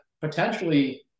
potentially